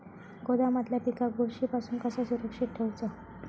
गोदामातल्या पिकाक बुरशी पासून कसा सुरक्षित ठेऊचा?